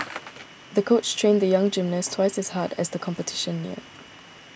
the coach trained the young gymnast twice as hard as the competition neared